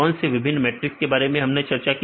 कौन से विभिन्न मैट्रिक्स के बारे में हमने चर्चा की